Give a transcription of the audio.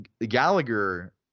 Gallagher